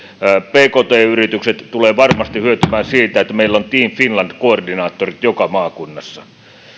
pkt yritykset tulevat varmasti hyötymään siitä että meillä on team finland koordinaattorit joka maakunnassa